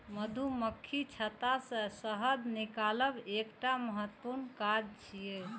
मधुमाछीक छत्ता सं शहद निकालब एकटा महत्वपूर्ण काज छियै